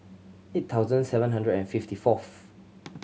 eight thousand seven hundred and fifty fourth